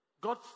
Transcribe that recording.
God